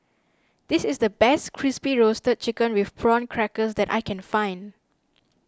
this is the best Crispy Roasted Chicken with Prawn Crackers that I can find